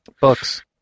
Books